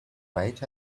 wait